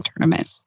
tournament